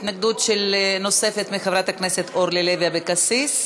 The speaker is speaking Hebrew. התנגדות נוספת, של חברת הכנסת אורלי לוי אבקסיס,